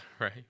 right